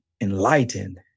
enlightened